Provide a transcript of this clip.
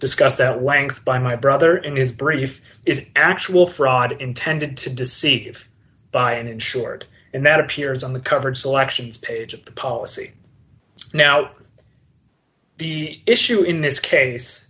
discussed at length by my brother in his brief is actual fraud intended to deceive by an insured and that appears on the covered selections page of the policy now the issue in this case